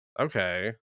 okay